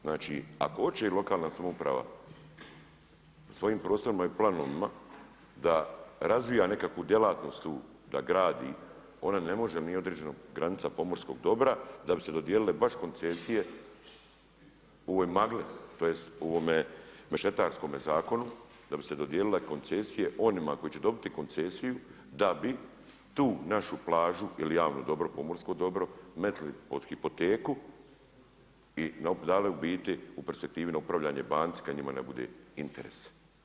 Znači ako i hoće lokalna samouprava svojim prostorima i planovima da razvija nekakvu djelatnost u, da gradi, ona ne može, nije određena granica pomorskog dobra da bi se dodijelile baš koncesije u ovoj magli, tj. u ovome mešetarskome zakonu, da bi se dodijelile koncesije onima koji će dobiti koncesiju da bi tu našu plažu ili javno dobro, pomorsko dobro, metnuli pod hipoteku i dali u biti u perspektivi na upravljanje banci kada njima ne bude interes.